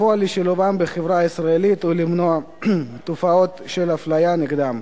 לפעול לשילובם בחברה הישראלית ולמנוע תופעות של אפליה נגדם.